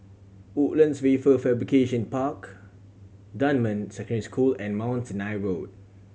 Woodlands Wafer Fabrication Park Dunman Secondary School and Mount Sinai Road